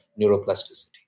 neuroplasticity